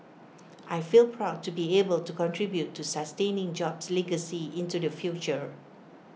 I feel proud to be able to contribute to sustaining jobs' legacy into the future